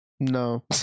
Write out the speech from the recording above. No